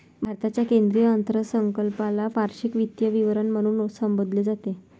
भारताच्या केंद्रीय अर्थसंकल्पाला वार्षिक वित्तीय विवरण म्हणून संबोधले जाते